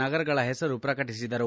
ನಗರಗಳ ಹೆಸರು ಪ್ರಕಟಿಸಿದರು